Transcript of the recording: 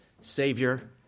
Savior